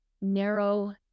narrow